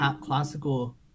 classical